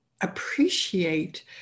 appreciate